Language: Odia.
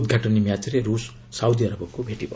ଉଦ୍ଘାଟନୀ ମ୍ୟାଚ୍ରେ ରୁଷ୍ ସାଉଦି ଆରବକୁ ଭେଟିବ